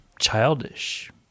childish